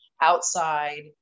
outside